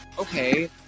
okay